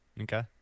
Okay